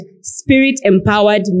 spirit-empowered